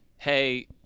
hey